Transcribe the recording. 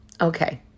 Okay